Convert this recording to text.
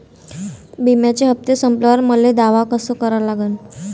बिम्याचे हप्ते संपल्यावर मले दावा कसा करा लागन?